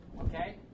okay